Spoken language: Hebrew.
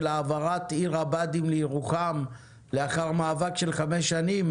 העברת עיר הבה"דים לירוחם לאחר מאבק של חמש שנים.